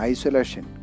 Isolation